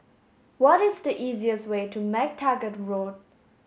what is the easiest way to MacTaggart Road